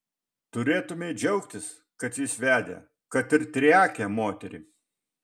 turėtumei džiaugtis kad jis vedė kad ir triakę moterį